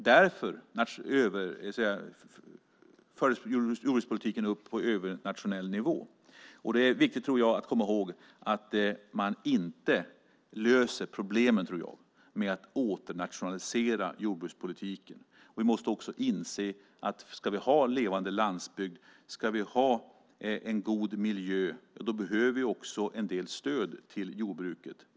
Därför fördes jordbrukspolitiken över till övernationell nivå. Det är viktigt att komma ihåg att man inte löser problemen med att åternationalisera jordbrukspolitiken. Vi måste också inse att om vi ska ha en levande landsbygd och en god miljö behöver vi en del stöd till jordbruket.